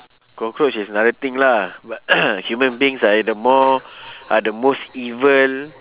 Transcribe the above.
cockroach is nothing lah but human beings are the more are the most evil